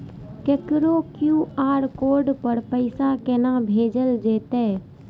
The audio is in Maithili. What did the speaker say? ककरो क्यू.आर कोड पर पैसा कोना भेजल जेतै?